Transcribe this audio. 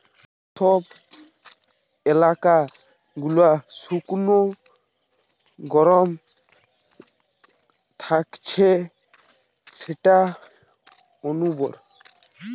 যে সব এলাকা গুলা শুকনো গরম থাকছে সেটা অনুর্বর